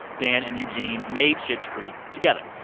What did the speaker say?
dan and eugene made schitt's creek together,